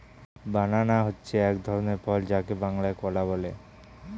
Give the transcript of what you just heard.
banana হচ্ছে এক ধরনের ফল যাকে বাংলায় কলা বলে